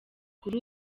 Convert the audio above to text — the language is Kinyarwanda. kuri